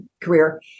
career